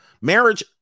marriage